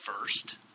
first